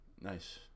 Nice